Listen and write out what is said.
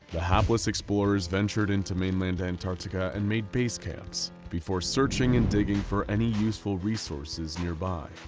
the hapless explorers ventured into mainland antarctica and made base camps, before searching and digging for any useful resources nearby.